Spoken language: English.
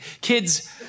kids